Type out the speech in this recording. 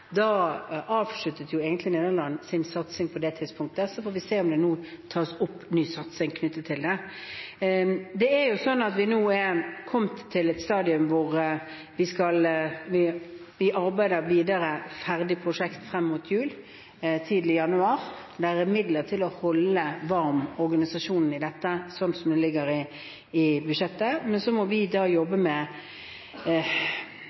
avsluttet egentlig sin satsing på det tidspunktet, så får vi se om det nå tas opp ny satsing knyttet til det. Vi er nå kommet til et stadium hvor vi videre arbeider ferdig prosjekter frem mot jul/tidlig januar. Det er midler til å holde varm organisasjonen i dette, slik det ligger i budsjettet. Så må vi jobbe med resultatene fra konseptstudiene, gå igjennom og se hvordan dette skal fases inn, og nettopp da